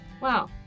Wow